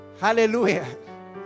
Hallelujah